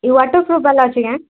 waterproof ବାଲା ଅଛି କେଁ